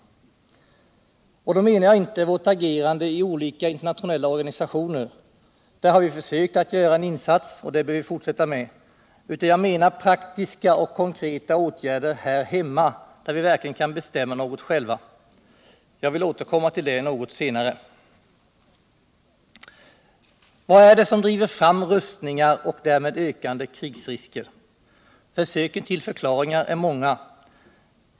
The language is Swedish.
Och då menar jag inte vårt agerande i olika internationella organisationer — där har vi försökt att göra en insats, och det bör vi fortsätta med — utan jag menar praktiska och konkreta åtgärder här hemma, där vi verkligen kan bestämma något själva. Jag vill återkomma till det något senare. Vad är det som driver fram rustningar och därmed ökande krigsrisker? Försöken till förklaringar är många.